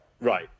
Right